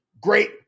great